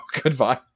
goodbye